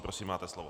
Prosím, máte slovo.